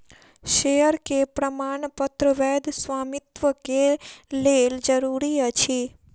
share के प्रमाणपत्र वैध स्वामित्व के लेल जरूरी अछि